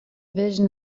vision